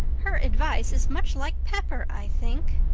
her advice is much like pepper, i think.